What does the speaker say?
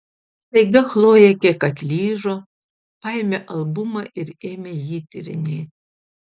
staiga chlojė kiek atlyžo paėmė albumą ir ėmė jį tyrinėti